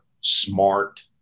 smart